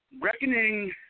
Reckoning